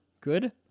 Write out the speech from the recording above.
Good